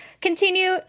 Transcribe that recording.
continue